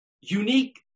unique